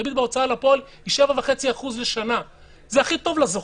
הריבית בהוצאה לפועל היא 7.5% לשנה וזה הכי טוב לזוכה.